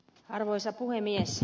arvoisa puhemies